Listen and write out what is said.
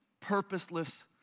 purposeless